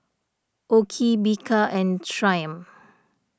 O Ki Bika and Triumph